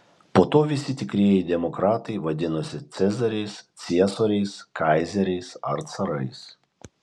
po to visi tikrieji demokratai vadinosi cezariais ciesoriais kaizeriais ar carais